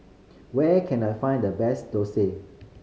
where can I find the best dosa